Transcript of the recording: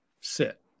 sit